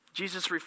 Jesus